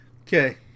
Okay